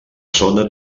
zona